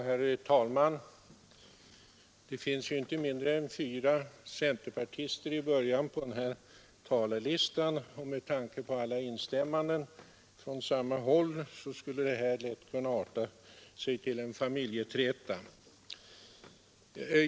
Herr talman! Det finns ju inte mindre än fyra centerpartister i början på talarlistan för detta ärende, och med tanke på alla instämmanden från samma håll skulle det här lätt kunna arta sig till en familjeträta.